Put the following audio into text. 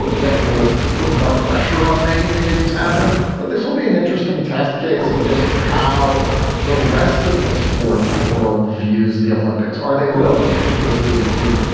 that will put more pressure on making the games happen. but this will be an interesting test case of just how the rest of the sports world views the olympics. are they willing, as you alluded to,